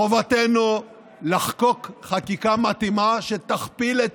חובתנו לחקוק חקיקה מתאימה שתכפיל את